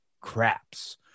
Craps